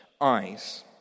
eyes